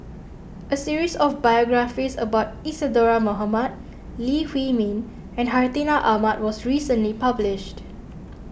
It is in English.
a series of biographies about Isadhora Mohamed Lee Huei Min and Hartinah Ahmad was recently published